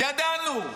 ידענו.